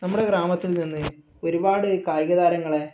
നമ്മുടെ ഗ്രാമത്തിൽ നിന്ന് ഒരുപാട് കായിക താരങ്ങളെ